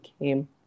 came